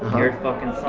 your fucking